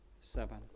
seven